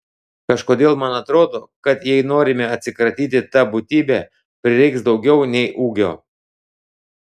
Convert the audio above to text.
kažkodėl man atrodo kad jei norime atsikratyti ta būtybe prireiks daugiau nei ūgio